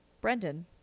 brendan